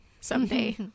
someday